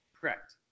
Correct